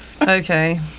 Okay